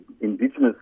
Indigenous